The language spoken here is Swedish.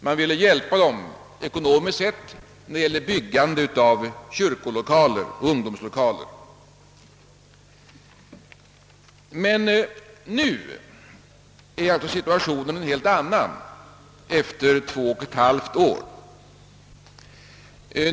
Man ville hjälpa dem ekonomiskt sett när det gällde byggande av kyrkolokaler och ungdomslokaler. Men nu — efter 2!/> år — är alltså situationen en helt annan.